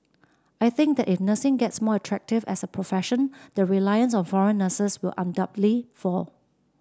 I think that if nursing gets more attractive as a profession the reliance on foreign nurses will undoubtedly fall